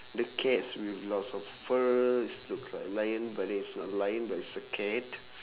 the cats with lots of furs and looks like lion but then it's not lion it's a cat